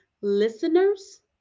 listeners